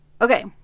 Okay